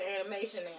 animation